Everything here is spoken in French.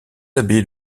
abbayes